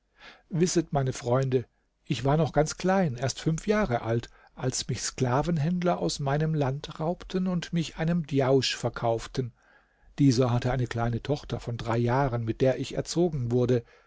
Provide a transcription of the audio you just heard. wisset meine freunde ich war noch ganz klein erst fünf jahre alt als mich sklavenhändler aus meinem land raubten und mich einem djausch verkauften dieser hatte eine kleine tochter von drei jahren mit der ich erzogen wurde